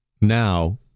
Now